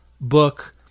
book